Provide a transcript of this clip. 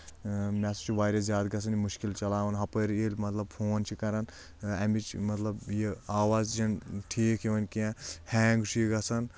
مےٚ ہسا چھُ واریاہ زیادٕ گژھان یہِ مُشکِل چلاوان ہپٲرۍ ییٚلہِ مطلب فون چھِ کران اِمِچ مطلب یہِ آواز ٹھیٖک یِوان کینٛہہ ہینٛگ چھُ یہِ گژھان